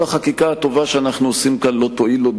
כל החקיקה הטובה שאנחנו עושים פה לא תועיל לו,